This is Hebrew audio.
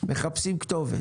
מחפשים כתובת.